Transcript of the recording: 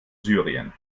syrien